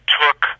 took